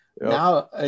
Now